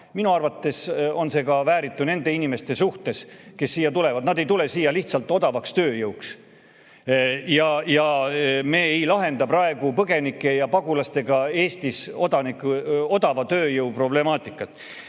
Minu arvates on see ka vääritu nende inimeste suhtes, kes siia tulevad. Nad ei tule siia lihtsalt odavaks tööjõuks. Ja me ei lahenda praegu põgenike ja pagulastega Eestis odava tööjõu problemaatikat. Omaette